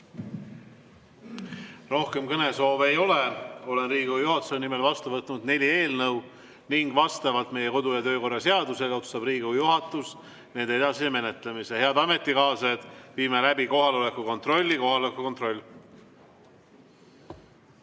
Rohkem kõnesoove ei ole. Olen Riigikogu juhatuse nimel vastu võtnud neli eelnõu ning vastavalt meie kodu‑ ja töökorra seadusele otsustab Riigikogu juhatus nende edasise menetlemise. Head ametikaaslased, viime läbi kohaloleku kontrolli. Kohaloleku kontroll.